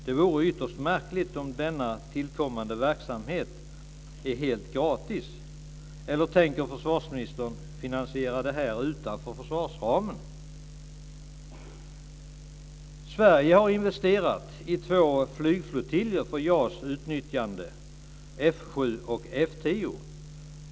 Det vore ytterst märkligt om denna tillkommande verksamhet vore helt gratis. Eller tänker försvarsministern finansiera det här utanför försvarsramen? Sverige har investerat i två flygflottiljer för JAS utnyttjande, F 7 och F 10.